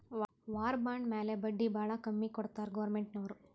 war bond ಮ್ಯಾಲ ಬಡ್ಡಿ ಭಾಳ ಕಮ್ಮಿ ಕೊಡ್ತಾರ್ ಗೌರ್ಮೆಂಟ್ನವ್ರು